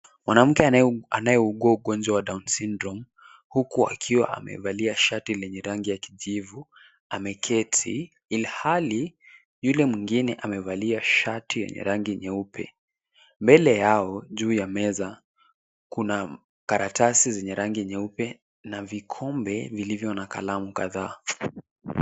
Mwanamke anayeugua ugonjwa wa Down Syndrome, huku akiwa amevalia shati lenye rangi ya kijivu, ameketi, ilhali yule mwingine amevalia shati yenye rangi nyeupe. Mbele yao, juu ya meza, kuna karatasi zenye rangi nyeupe na vikombe vilivyo na kalamu kadhaa.